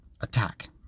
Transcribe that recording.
attack